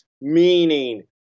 Meaning